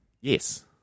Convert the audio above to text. Yes